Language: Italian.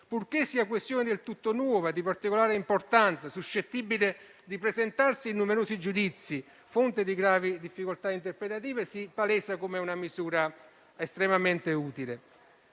purché sia questione del tutto nuova, di particolare importanza e suscettibile di presentarsi in numerosi giudizi, fonte di gravi difficoltà interpretative: si palesa come una misura estremamente utile.